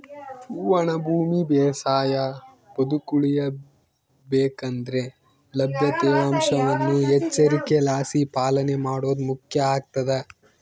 ಒಣ ಭೂಮಿ ಬೇಸಾಯ ಬದುಕುಳಿಯ ಬೇಕಂದ್ರೆ ಲಭ್ಯ ತೇವಾಂಶವನ್ನು ಎಚ್ಚರಿಕೆಲಾಸಿ ಪಾಲನೆ ಮಾಡೋದು ಮುಖ್ಯ ಆಗ್ತದ